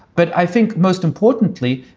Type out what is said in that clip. but i think most importantly,